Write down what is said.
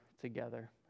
together